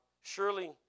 Surely